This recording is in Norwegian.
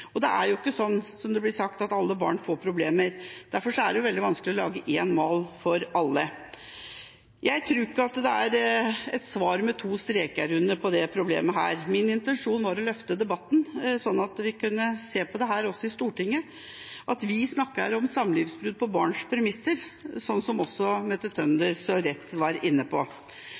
Det er jo ikke sånn, som det blir sagt, at alle barn får problemer. Derfor er det veldig vanskelig å lage én mal for alle. Jeg tror ikke at det er ett svar med to streker under på dette problemet. Min intensjon var å løfte debatten, slik at vi kunne se på dette også i Stortinget, og at vi snakker om samlivsbrudd på barns premisser, som også Mette